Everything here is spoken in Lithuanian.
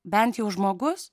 bent jau žmogus